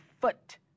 foot